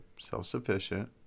self-sufficient